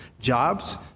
Jobs